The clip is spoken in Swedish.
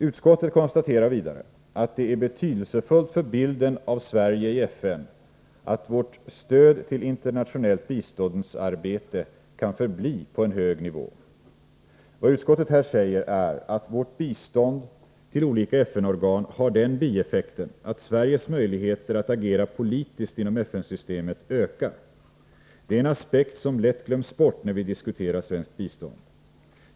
Utskottet konstaterar vidare, att det är betydelsefullt för bilden av Sverige i FN att vårt stöd till internationellt biståndsarbete kan förbli på en hög nivå. Vad utskottet här säger är att vårt bistånd till olika FN-organ har den bieffekten att Sveriges möjligheter att agera politiskt inom FN-systemet ökar. Det är en aspekt, som lätt glöms bort, när vi diskuterar svenskt bistånd.